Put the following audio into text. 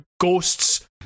ghosts